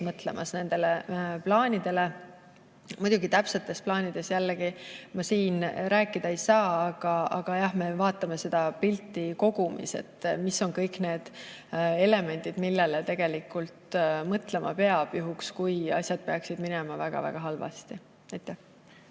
mõtlemisel sammukese ees. Muidugi ma täpsetest plaanidest jällegi siin rääkida ei saa, aga jah, me vaatame seda pilti kogumis: mis on kõik need elemendid, millele tegelikult mõtlema peab, juhul kui asjad peaksid minema väga-väga halvasti. Aitäh!